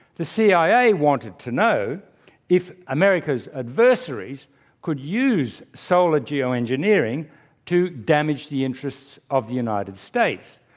the cia wanted to know if america's adversaries could use solar geoengineering to damage the interests of the united states.